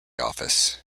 office